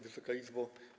Wysoka Izbo!